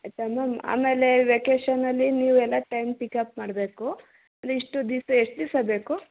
ಆಯ್ತಾ ಮ್ಯಾಮ್ ಆಮೇಲೆ ವೆಕೇಷನಲ್ಲಿ ನೀವೆಲ್ಲ ಟೈಮ್ ಪಿಕ್ಅಪ್ ಮಾಡಬೇಕು ಅಂದರೆ ಇಷ್ಟು ದಿವಸ ಎಷ್ಟು ದಿವಸ ಬೇಕು